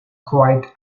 quiet